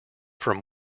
from